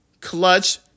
clutch